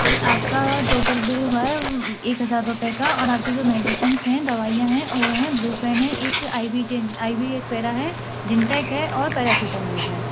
जी आपका total bill हुआ है एक हज़ार रुपए का और आपकी जो मेडीशिंस हैं दवाइयाँ हैं वो हैं ब्रूफेन है एक आई वी जेन आई वी एक्वेरा है जिनटेक है और पैरासिटामॉल है